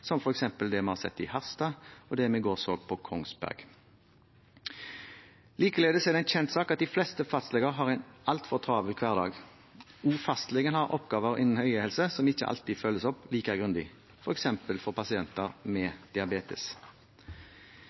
som f.eks. det vi har sett i Harstad, og det vi i går så på Kongsberg. Likeledes er det en kjent sak at de fleste fastleger har en altfor travel hverdag. Også fastlegen har oppgaver innen øyehelse som ikke alltid følges opp like grundig, f.eks. for pasienter med diabetes.